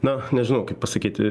na nežinau kaip pasakyt